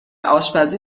آشپزی